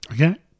Okay